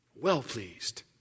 well-pleased